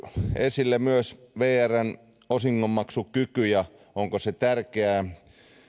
esille myös vrn osingonmaksukyky ja se onko se tärkeää minua